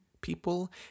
people